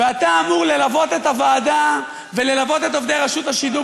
ואתה אמור ללוות את הוועדה וללוות את עובדי רשות השידור.